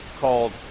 called